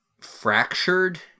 fractured